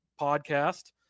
podcast